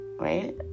right